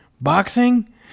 boxing